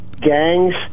gangs